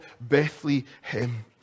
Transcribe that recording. Bethlehem